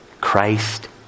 Christ